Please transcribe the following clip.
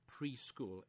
Preschool